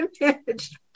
managed